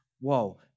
whoa